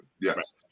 Yes